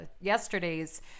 yesterday's